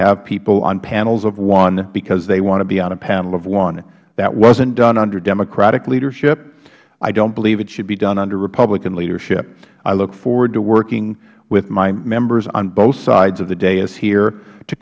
have people on panels of one because they want to be on a panel of one that wasn't done under democratic leadership i don't believe it should be done under republican leadership i look forward to working with my members on both sides of the dais here to